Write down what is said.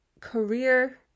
career